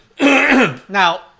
Now